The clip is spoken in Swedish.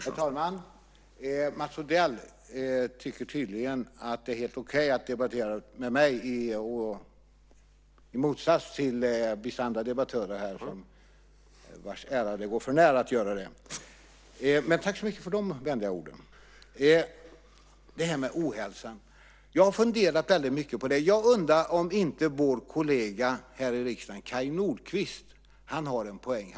Herr talman! Mats Odell tycker tydligen att det är helt okej att debattera med mig i motsats till vissa andra debattörer här vars ära det går förnär att göra det. Men tack så mycket för de vänliga orden. Jag har funderat mycket på detta med ohälsan. Jag undrar om inte vår kollega här i riksdagen, Kaj Nordquist, har en poäng.